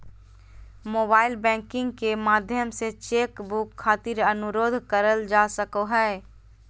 mobile banking के माध्यम से चेक बुक खातिर अनुरोध करल जा सको हय